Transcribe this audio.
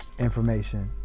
information